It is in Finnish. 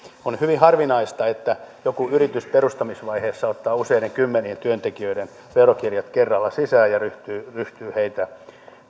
on hyvin harvinaista että joku yritys perustamisvaiheessa ottaa useiden kymmenien työntekijöiden verokirjat kerralla sisään ja ryhtyy ryhtyy heitä